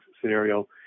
scenario